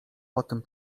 potem